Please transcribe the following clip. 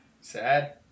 Sad